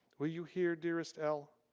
were you here dearest ell?